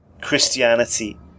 Christianity